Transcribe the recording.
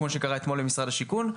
כמו שקרה אתמול עם משרד השיכון.